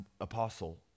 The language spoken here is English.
apostle